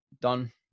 done